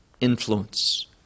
influence